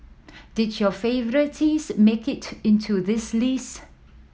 did your favourites make it into this list